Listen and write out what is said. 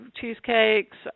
cheesecakes